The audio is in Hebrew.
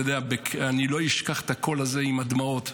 אתה יודע, אני לא אשכח את הקול הזה, עם הדמעות: